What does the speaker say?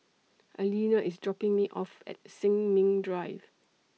Alena IS dropping Me off At Sin Ming Drive